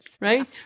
right